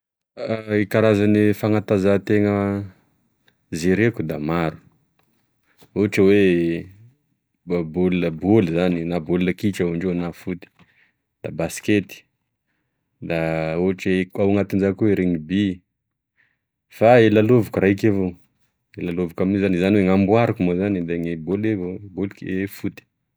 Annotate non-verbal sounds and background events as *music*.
*hesitation* E karazagne fanantanjahatena zereko da maro ohatry oe bôla- bôly zany na bola kitra hoy indreo na foot, da baskety, na ohatry ko anatenizany koa e rugby fa e lalaoviko raiko avao gne lalaoviko aminio moa zany zany oe gn'amboariko moa zany da ny bôly bôly foot